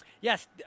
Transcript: Yes